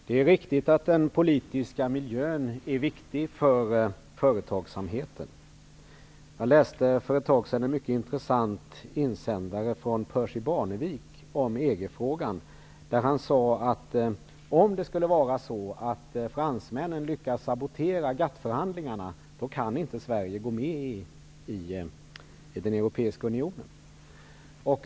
Fru talman! Det är riktigt att den politiska miljön är viktig för företagsamheten. Jag läste för ett tag sedan en mycket intressant insändare av Percy Barnevik om EG-frågan. Han skrev att om det skulle vara så att fransmännen lyckas sabotera GATT-förhandlingarna kan Sverige inte gå med i den europeiska unionen.